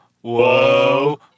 whoa